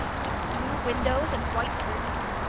with blue windows and white curtains!